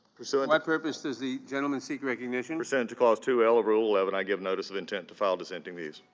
for so and what purpose does the gentleman seek recognition? pursuant to clause two l of rule eleven, i give notice of intent to file dissenting views.